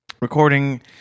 recording